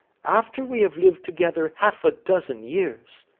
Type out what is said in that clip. after we have lived together half-a-dozen years